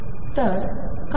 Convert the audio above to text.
तर काय होऊ शकते